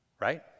right